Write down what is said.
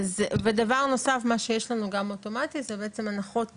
ודבר נוסף מה שיש לנו גם אוטומטי זה בעצם הנחות